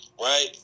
Right